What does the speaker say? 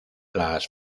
las